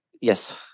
Yes